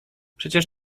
przecież